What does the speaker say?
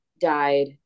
died